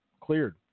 cleared